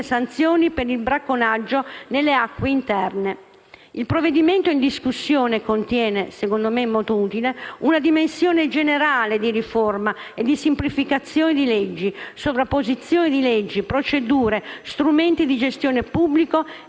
sanzioni per il bracconaggio nelle acque interne. Il provvedimento in discussione contiene, secondo me in modo utile, una dimensione generale di riforma e di semplificazione di leggi, sovrapposizioni di leggi, procedure e strumenti di gestione pubblica